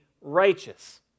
righteous